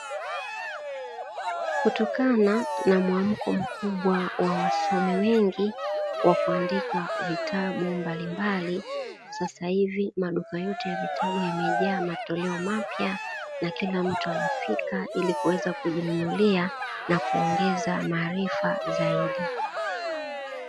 Kutokana na mwamko mkubwa wa wasomi wengi wa kuandika vitabu mbalimbali, sasa hivi manufaa yote ya vitabu yamejaa matoleo mapya na kila mtu anafika ili kuweza kujinunulia na kuongeza maarifa zaidi.